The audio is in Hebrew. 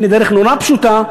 הנה דרך נורא פשוטה.